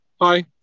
hi